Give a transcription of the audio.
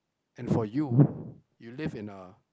and for you you live in a